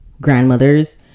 grandmothers